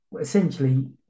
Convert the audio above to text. essentially